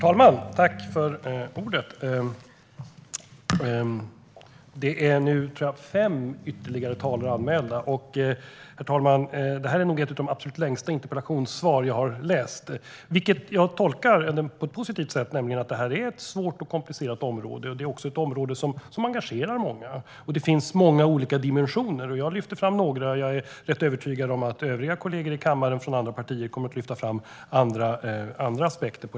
Herr talman! Det är nu ytterligare fem talare anmälda. Och det här är nog ett av de absolut längsta interpellationssvar jag har läst. Det tolkar jag på ett positivt sätt. Det här är ett svårt och komplicerat område. Det är också ett område som engagerar många. Och det finns många olika dimensioner. Jag lyfter fram några, och jag är övertygad om att kollegorna i kammaren från andra partier kommer att lyfta fram andra aspekter.